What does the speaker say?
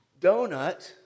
donut